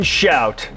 shout